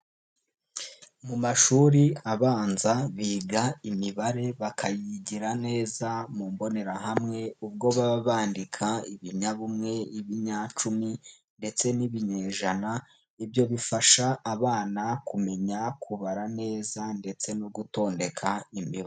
Mu mashuri abanza biga imibare bakayigira neza mu mbonerahamwe ubwo baba bandika ibinyabumwe, ibinyacumi ndetse n'ibinyejana, ibyo bifasha abana kumenya kubara neza ndetse no gutondeka imibare.